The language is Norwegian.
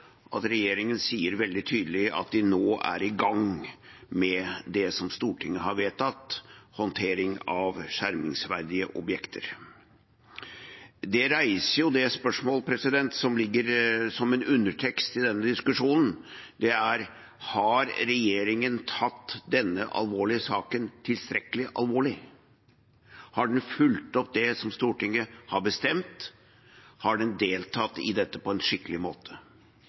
at regjeringen sier veldig tydelig at de nå er i gang med det som Stortinget har vedtatt om håndtering av skjermingsverdige objekter. Det reiser de spørsmålene som ligger som en undertekst i denne diskusjonen: Har regjeringen tatt denne alvorlige saken tilstrekkelig alvorlig? Har den fulgt opp det som Stortinget har bestemt? Har den deltatt i dette på en skikkelig måte?